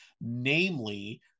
namely